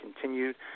continued